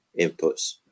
inputs